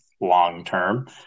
long-term